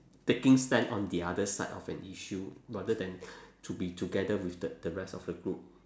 taking stand on the other side of an issue rather than to be together with the the rest of the group